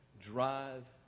drive